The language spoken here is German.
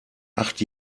acht